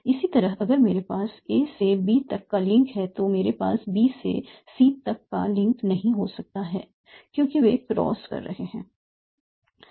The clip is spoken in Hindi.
इसी तरह अगर मेरे पास a से b तक का लिंक है तो मेरे पास b से c तक का लिंक नहीं हो सकता है क्योंकि वे क्रॉस कर रहे हैं